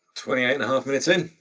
twenty minutes in.